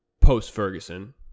post-Ferguson